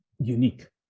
unique